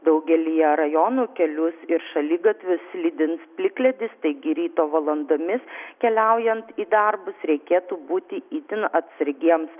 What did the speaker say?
daugelyje rajonų kelius šaligatvius slidins plikledis taigi ryto valandomis keliaujant į darbus reikėtų būti itin atsargiems